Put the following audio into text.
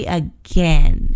again